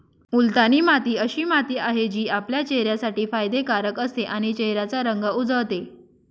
मुलतानी माती अशी माती आहे, जी आपल्या चेहऱ्यासाठी फायदे कारक असते आणि चेहऱ्याचा रंग उजळते